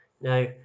Now